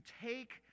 take